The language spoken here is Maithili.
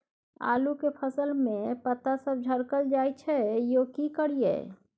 आलू के फसल में पता सब झरकल जाय छै यो की करियैई?